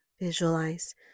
visualize